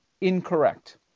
incorrect